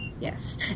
Yes